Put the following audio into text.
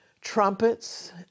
trumpets